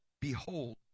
behold